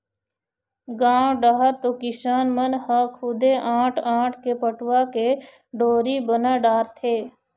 गाँव डहर तो किसान मन ह खुदे आंट आंट के पटवा के डोरी बना डारथे